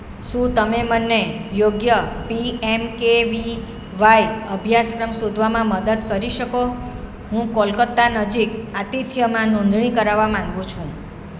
શું તમે મને યોગ્ય P M K V Y અભ્યાસક્રમ શોધવામાં મદદ કરી શકો હું કોલકત્તા નજીક આતિથ્યમાં નોંધણી કરાવા માગું છું